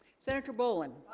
senator boland